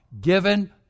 given